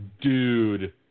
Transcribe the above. Dude